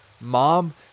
Mom